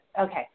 Okay